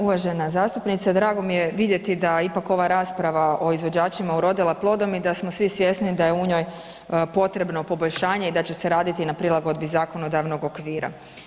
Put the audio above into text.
Uvažena zastupnice, drago mi je vidjeti da ipak ova rasprava o izvođačima je urodila plodom i da smo svi svjesni da je u njoj potrebno poboljšanje i da će se raditi na prilagodbi zakonodavnog okvira.